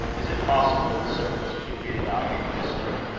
is it possible the servants could be about any mischief?